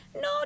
No